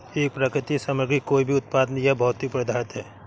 एक प्राकृतिक सामग्री कोई भी उत्पाद या भौतिक पदार्थ है